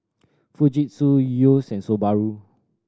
Fujitsu Yeo's and Subaru